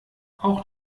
auch